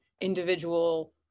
individual